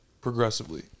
progressively